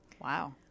Wow